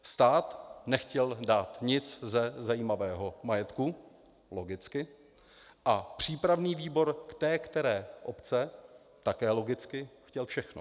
Stát nechtěl dát nic ze zajímavého majetku, logicky, a přípravný výbor té které obce také logicky chtěl všechno.